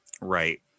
Right